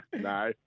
No